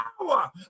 power